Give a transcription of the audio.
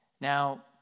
Now